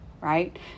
right